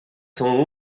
são